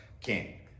king